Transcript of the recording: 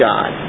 God